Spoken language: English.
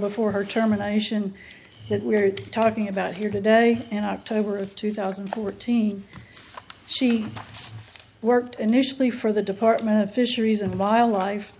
before her terminations that we're talking about here today in october of two thousand and fourteen she worked initially for the department of fisheries and wildlife